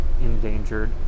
endangered